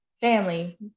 family